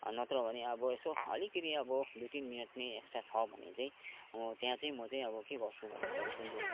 नत्र भने अब यसो अलिकति अब दुई तिन मिनट पनि एक्स्ट्रा छ भने चाहिँ अब त्यहाँ चाहिँ म चाहिँ अब के गर्छु भने अब गुन्द्रुक